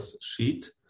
sheet